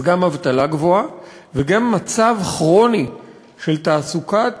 אז גם אבטלה גבוהה וגם מצב כרוני של תעסוקת